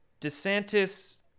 DeSantis